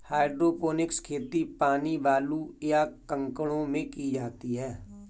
hydroponics खेती पानी, बालू, या कंकड़ों में की जाती है